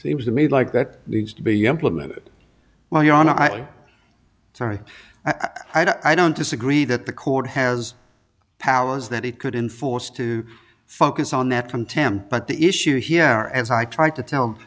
seems to me like that needs to be employment while you're on i sorry i don't disagree that the court has powers that it could enforce to focus on that contempt but the issue here as i tried to tell